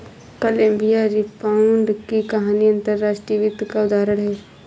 Colombia rebound की कहानी अंतर्राष्ट्रीय वित्त का उदाहरण है